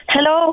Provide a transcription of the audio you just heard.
Hello